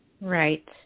Right